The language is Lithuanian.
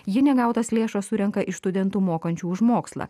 ji negautas lėšas surenka iš studentų mokančių už mokslą